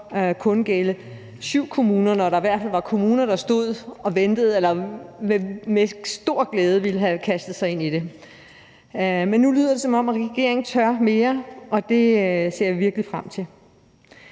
kun gælde syv kommuner, når der i hvert fald var kommuner, der stod og ventede og med stor glæde ville have kastet sig ind i det. Men nu lyder det, som om regeringen tør mere, og det ser jeg virkelig frem til.